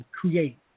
create